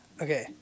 Okay